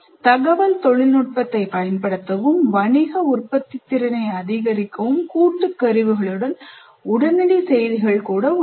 தகவல் தொழில்நுட்பத்தைப் பயன்படுத்தவும் வணிக உற்பத்தித்திறனை அதிகரிக்க கூட்டு கருவிகளுடன் உடனடி செய்திகளும் உள்ளன